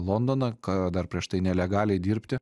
londoną ka dar prieš tai nelegaliai dirbti